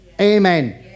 Amen